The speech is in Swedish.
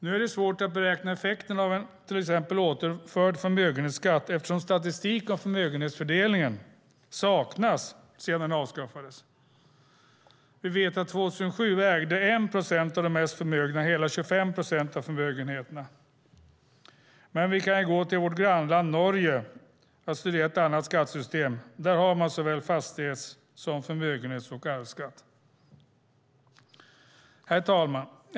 Nu är det svårt att beräkna effekterna till exempel av en återinförd förmögenhetsskatt eftersom statistik om förmögenhetsfördelning saknas sedan förmögenhetsskatten avskaffades. Vi vet att 2007 ägde 1 procent av de mest förmögna hela 25 procent av förmögenheterna. Men vi kan gå till vårt grannland Norge för att studera ett annat skattesystem. Där har man såväl fastighets som förmögenhets och arvsskatt. Herr talman!